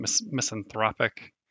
misanthropic